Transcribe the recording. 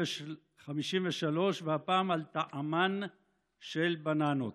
53, והפעם, על טעמן של בננות.